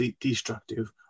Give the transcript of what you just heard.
destructive